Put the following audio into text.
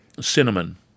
Cinnamon